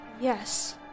yes